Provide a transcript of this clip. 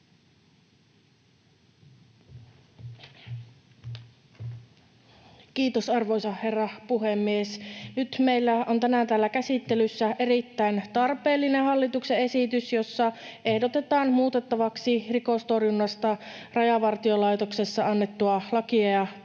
Kiitos, arvoisa herra puhemies! Nyt meillä on tänään täällä käsittelyssä erittäin tarpeellinen hallituksen esitys, jossa ehdotetaan muutettavaksi rikostorjunnasta Rajavartiolaitoksessa annettua lakia ja poliisilakia.